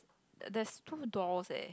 there's two doors eh